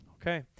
Okay